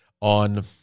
on